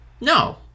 no